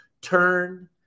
turn